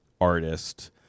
artist